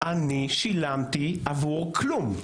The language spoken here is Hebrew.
אני שילמתי עבור כלום.